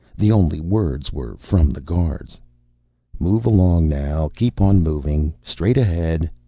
the only words were from the guards move along now, keep on moving, straight ahead.